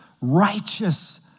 righteous